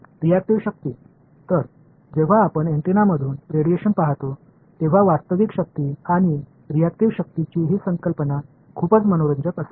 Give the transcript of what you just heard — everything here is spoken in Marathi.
रियाक्टिव्ह शक्ती तर जेव्हा आपण अँटेनामधून रेडिएशन पाहतो तेव्हा वास्तविक शक्ती आणि रियाक्टिव्ह शक्तीची ही संकल्पना खूपच मनोरंजक असेल